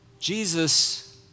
Jesus